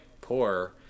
poor